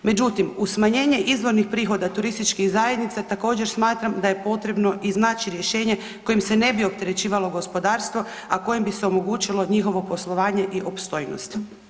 Međutim, uz smanjenje izvornih prihoda turističkih zajednica također smatram da je potrebno iznaći rješenje kojim se ne bi opterećivalo gospodarstvo, a kojim bi se omogućilo njihovo poslovanje i opstojnost.